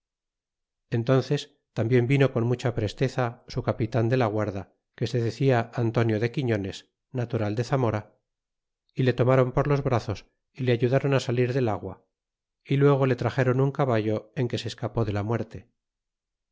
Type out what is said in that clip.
entónces tambien vino con mucha presteza su capitan de la guarda que se decía antonio de quiñones natural de zamora y le tomáron por los brazos y le ayudron á salir del agua y luego le traxeron un caballo en que se escapé de la muerte